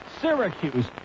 Syracuse